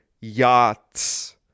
yachts